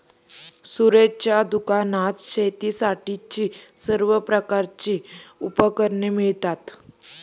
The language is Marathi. सूरजच्या दुकानात शेतीसाठीची सर्व प्रकारची उपकरणे मिळतात